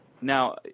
Now